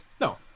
no